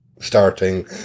starting